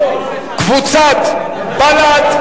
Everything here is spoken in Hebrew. קבוצת בל"ד,